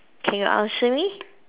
can you answer me